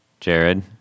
Jared